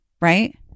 Right